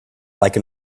like